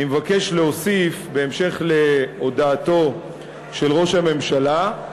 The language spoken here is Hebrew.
אני מבקש להוסיף, בהמשך להודעתו של ראש הממשלה,